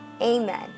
Amen